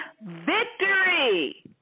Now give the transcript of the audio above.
victory